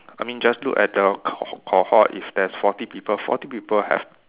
I mean just look at the co~ cohort if there's forty people forty people have